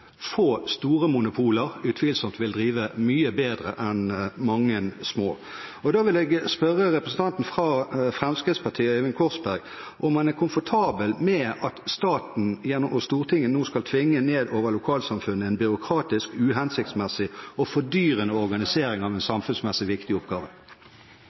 få, store monopoler utvilsomt vil drive mye bedre enn mange små. Da vil jeg spørre representanten fra Fremskrittspartiet, Øyvind Korsberg, om han er komfortabel med at staten og Stortinget nå skal tvinge ned over lokalsamfunnene en byråkratisk, uhensiktsmessig og fordyrende organisering av en samfunnsmessig viktig oppgave.